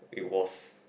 it was